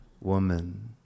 woman